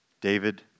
David